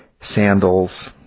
sandals